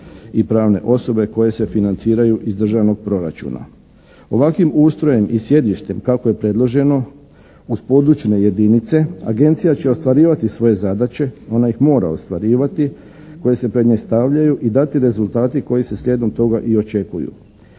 i pravne osobe koje se financiraju iz državnog proračuna. Ovakvim ustrojem i sjedištem kako je predloženo uz područne jedinice agencija će ostvarivati svoje zadaće, ona ih mora ostvarivati koje se pred nju stavljaju i dati rezultati koji su sljedom toga i očekuju.